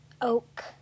Oak